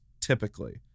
Typically